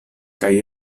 kaj